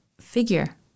figure